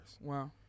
Wow